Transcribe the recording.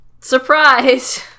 Surprise